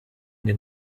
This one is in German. den